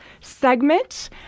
segment